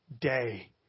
day